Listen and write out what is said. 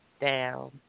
down